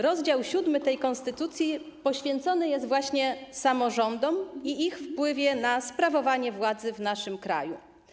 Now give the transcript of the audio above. Rozdział VII tej konstytucji poświęcony jest właśnie samorządom i ich wpływowi na sprawowanie władzy w naszym kraju.